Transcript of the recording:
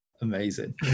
amazing